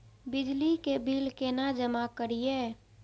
बिजली के बिल केना जमा करिए?